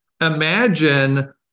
imagine